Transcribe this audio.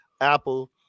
Apple